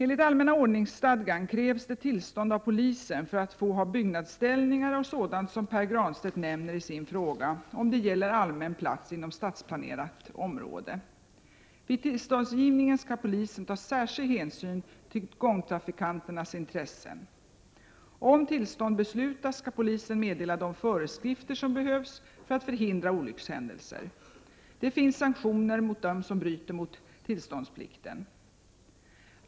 24 november 1988 för att få ha byggnadsställningar och sådant som Pär Granstedt nämner i sin fråga, om det gäller allmän plats inom stadsplanelagt område. Vid tillståndsgivningen skall polisen ta särskild hänsyn till gångtrafikanternas intressen. Om tillstånd beslutas skall polisen meddela de föreskrifter som behövs för att förhindra olyckshändelser. Det finns sanktioner mot den som bryter mot tillståndsplikten.